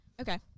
Okay